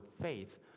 faith